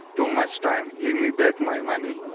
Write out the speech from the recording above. too much time, give me back my money.